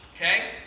Okay